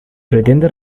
pretende